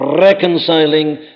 reconciling